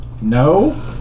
No